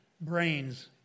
brains